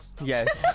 Yes